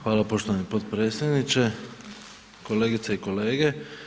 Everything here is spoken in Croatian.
Hvala poštovani potpredsjedniče, kolegice i kolege.